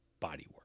bodywork